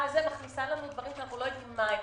מכניסה לנו דברים שאנחנו לא יודעים מהם.